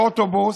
באוטובוס,